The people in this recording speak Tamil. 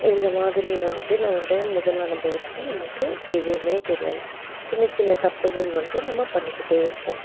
இந்த மாதிரி வந்துட்டு நம்மளுடைய முதல் அனுபவத்தில் நம்மளுக்கு எதுவும் தெரியாது சின்னச் சின்ன தப்புகள் வந்துட்டு நம்ம பண்ணிக்கிட்டே இருப்போம்